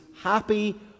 happy